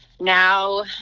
now